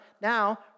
Now